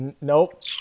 Nope